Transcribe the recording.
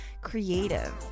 creative